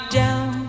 down